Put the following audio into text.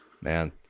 Man